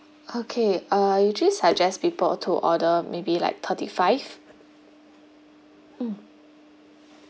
okay uh we would just suggest people to order maybe like thirty five mm